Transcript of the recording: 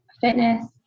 fitness